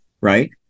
right